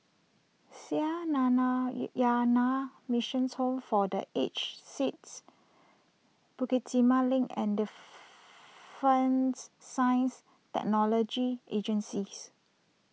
Sree Nana Yana Missions Home for the Aged Sicks Bukit Timah Link and Defence Science Technology Agencies